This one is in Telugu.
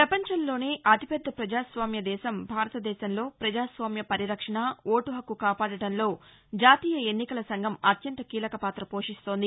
ప్రపంచంలోనే అతిపెద్ద ప్రజాస్వామ్య దేశం భారతదేశంలో ప్రజాస్వామ్య పరిరక్షణ వోటు హక్కు కాపాడటంలో జాతీయ ఎన్నికల సంఘం అత్యంత కీలక పాత పోషిస్తోంది